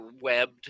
webbed